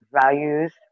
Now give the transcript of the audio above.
values